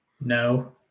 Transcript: no